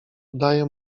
udaje